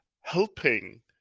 helping